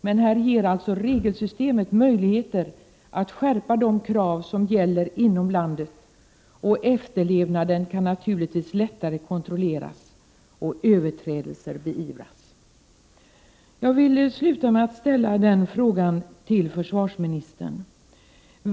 Men regelsystemet ger alltså möjligheter till skärpningar av de krav som gäller inom landet, och efterlevnaden kan naturligtvis lättare kontrolleras och överträdelser beivras. Jag vill sluta med att ställa en fråga till försvarsministern.